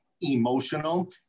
emotional